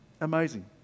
Amazing